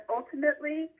ultimately